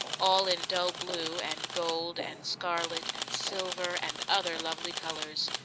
all in dull blue and gold and scarlet and silver and other lovely colors.